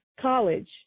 College